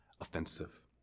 offensive